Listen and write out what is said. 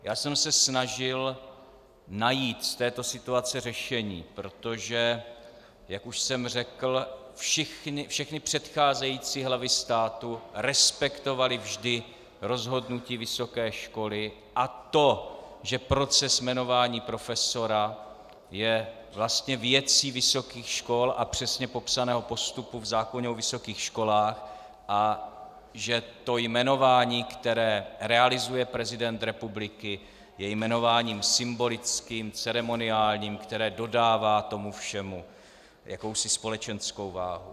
Já jsem se snažil najít z této situace řešení, protože jak už jsem řekl, všechny předcházející hlavy státu respektovaly vždy rozhodnutí vysoké školy a to, že proces jmenování profesora je vlastně věcí vysokých škol a přesně popsaného postupu v zákoně o vysokých školách a že to jmenování, které realizuje prezident republiky, je jmenováním symbolickým, ceremoniálním, které dodává tomu všemu jakousi společenskou váhu.